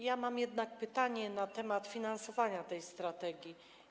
Ja mam jednak pytanie na temat finansowania tej strategii.